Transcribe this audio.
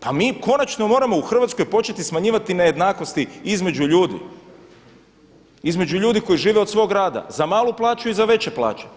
Pa mi konačno moramo u Hrvatskoj početi smanjivati nejednakosti između ljudi, između ljudi koji žive od svog rada za malu plaću i za veće plaće.